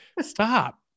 stop